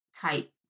type